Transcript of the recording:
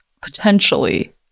potentially